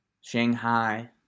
Shanghai